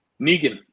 Negan